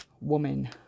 Woman